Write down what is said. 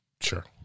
Sure